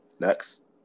Next